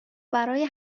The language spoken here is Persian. برای